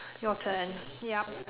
your turn yup